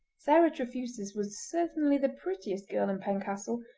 sarah trefusis was certainly the prettiest girl in pencastle,